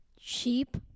sheep